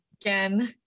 again